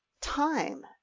time